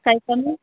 काही कमी